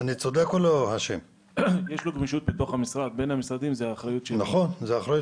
כל עוד שלא מקפיאים את הליך האכיפה באופן